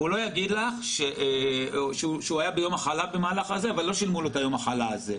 והוא לא יגיד לך שהוא היה ביום מחלה אבל לא שילמו לו את יום המחלה הזה.